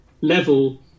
level